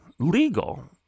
Legal